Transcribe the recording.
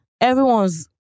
everyone's